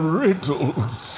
riddles